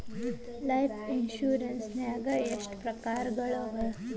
Life insurance ನ್ಯಾಗ ಎಷ್ಟ್ ಪ್ರಕಾರ್ಗಳವ?